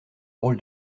rôle